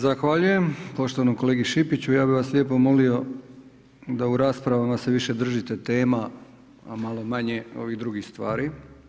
Zahvaljujem poštovanom kolegi Šipiću, ja bi vas lijepo da u raspravama se više držite tema a malo manje ovih drugih stvari.